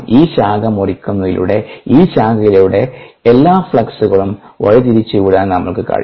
ഈ ശാഖ മുറിക്കുന്നതിലൂടെ ഈ ശാഖയിലൂടെ എല്ലാ ഫ്ലക്സുകളും വഴിതിരിച്ചുവിടാൻ നമ്മൾ കഴിയും